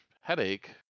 headache